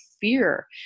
fear